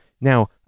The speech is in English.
Now